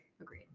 Agreed